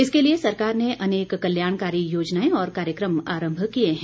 इसके लिए सरकार ने अनेक कल्याणकारी योजनाएं और कार्यक्रम आरंभ किए हैं